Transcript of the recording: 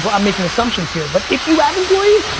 but i'm making assumptions here, but if you have employees,